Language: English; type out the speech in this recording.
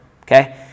okay